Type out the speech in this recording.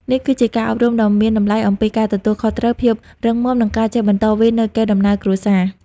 នេះគឺជាការអប់រំដ៏មានតម្លៃអំពីការទទួលខុសត្រូវ ភាពរឹងមាំ និងការចេះបន្តវេននូវកេរដំណែលគ្រួសារ។